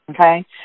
Okay